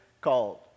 called